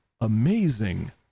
amazing